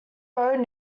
road